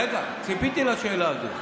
רגע, ציפיתי לשאלה זו.